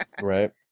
Right